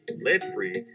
lead-free